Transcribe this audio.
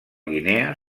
guinea